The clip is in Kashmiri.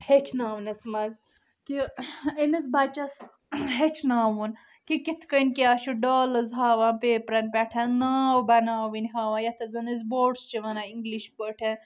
ہیٚچھناونَس منٛز کہِ أمس بَچس ہیٚچھناوُن کہِ کتھ کنۍ کیاہ چھُ ڈالز ہاوان پیٖپرَن پیٹھ نٲو بنٲوٕنۍ ہاوان یتھ زن أسۍ بوٹٕس چھِ ونان انگلش پٲٹھۍ